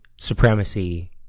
Supremacy